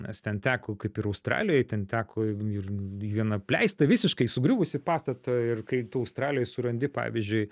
nes ten teko kaip ir australijoj ten teko ir vieną apleistą visiškai sugriuvusį pastatą ir kai tu australijoj surandi pavyzdžiui